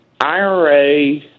IRA